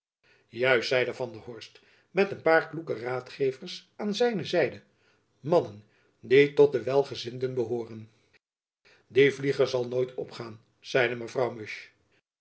juist zeide van der horst met een paar kloeke raadgevers aan zijne zijde mannen die tot de welgezinden behooren die vlieger zal nooit opgaan zeide